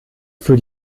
für